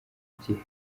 gihe